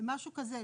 משהו כזה.